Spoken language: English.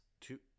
Two